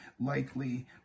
likely